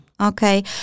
Okay